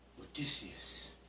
Odysseus